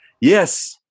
Yes